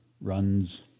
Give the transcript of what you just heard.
runs